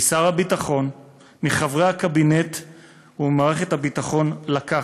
משר הביטחון, מחברי הקבינט וממערכת הביטחון לקבל: